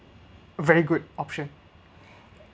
very good option